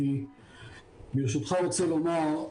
אני ברשותך רוצה לומר,